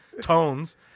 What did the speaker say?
tones